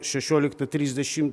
šešioliktą trisdešim